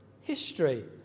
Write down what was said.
history